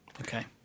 Okay